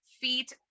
feet